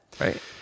Right